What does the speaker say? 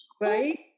right